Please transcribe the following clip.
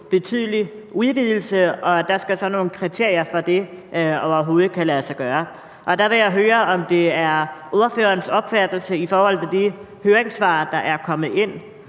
betydelig udvidelse, og der skal så være nogle kriterier for det, for at det overhovedet kan lade sig gøre. Der vil jeg høre, om det i forhold til de høringssvar, der er kommet ind,